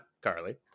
Carly